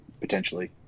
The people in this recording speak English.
potentially